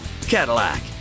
Cadillac